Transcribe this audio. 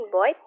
Boy